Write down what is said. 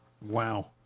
Wow